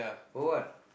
for what